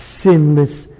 sinless